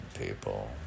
people